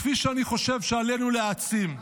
כפי שאני חושב שעלינו להעצים.